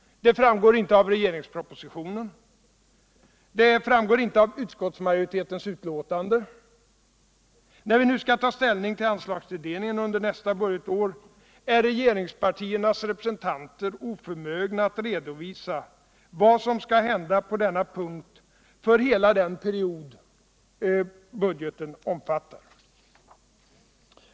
Det framgår inte av regeringspropositionen. Det Iramgår inte av utskottsmajoritetens utlåtande. När vi nu skall ta ställning till anslagstulldetningen under nästa budgetår är regeringspartiernas representanter oförmögna att redovisa vad som skall hända på denna punkt för hela den period budgeten omfattar.